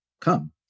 come